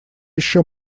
еще